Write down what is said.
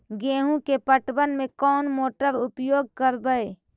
गेंहू के पटवन में कौन मोटर उपयोग करवय?